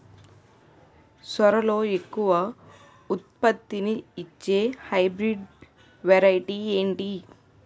సోరలో ఎక్కువ ఉత్పత్తిని ఇచే హైబ్రిడ్ వెరైటీ ఏంటి?